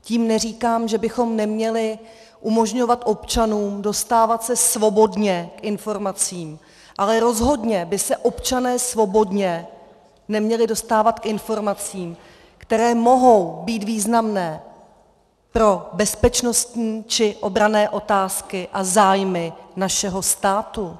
Tím neříkám, že bychom neměli umožňovat občanům dostávat se svobodně k informacím, ale rozhodně by se občané svobodně neměli dostávat k informacím, které mohou být významné pro bezpečnostní či obranné otázky a zájmy našeho státu.